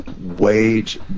wage